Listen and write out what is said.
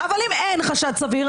אבל אם אין חשד סביר,